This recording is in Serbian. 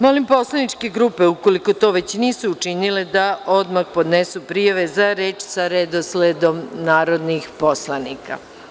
Molim poslaničke grupe ukoliko to već nisu učinili da odmah podnesu prijave za reč sa redosledom narodnih poslanika.